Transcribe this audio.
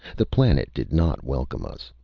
the planet did not welcome us.